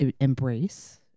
embrace